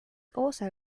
also